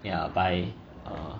ya by